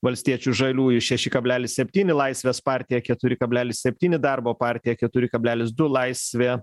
valstiečių žaliųjų šeši kablelis septyni laisvės partija keturi kablelis septyni darbo partija keturi kablelis du laisvė